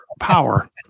power